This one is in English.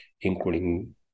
including